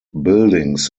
buildings